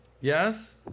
Yes